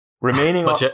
remaining-